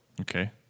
Okay